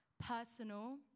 personal